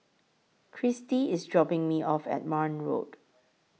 Cristy IS dropping Me off At Marne Road